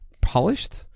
polished